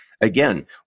again